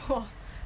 !wah!